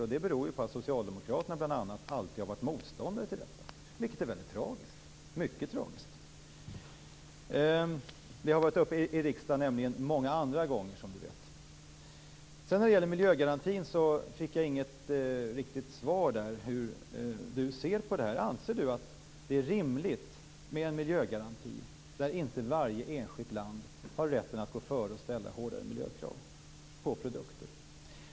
Och det beror ju på att bl.a. Socialdemokraterna alltid har varit motståndare till detta, vilket är mycket tragiskt. Det har tagits upp många andra gånger i riksdagen som Inga-Britt Johansson vet. Jag fick inget riktigt svar från Inga-Britt Johansson om hur hon ser på miljögarantin. Anser Inga-Britt Johansson att det är rimligt med en miljögaranti där inte varje enskilt land har rätten att gå före och ställa hårdare miljökrav på produkter?